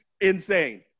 insane